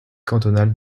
cantonal